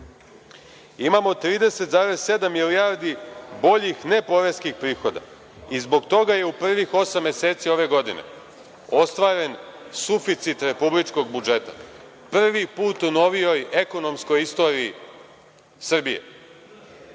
Imamo 30,7 milijardi boljih neporeskih prihoda. Zbog toga je u prvih osam meseci ove godine ostvaren suficit republičkog budžeta, prvi put u novijoj ekonomskoj istoriji Srbije.